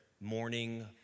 morning